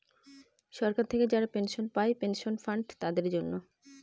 সরকার থেকে যারা পেনশন পায় পেনশন ফান্ড তাদের জন্য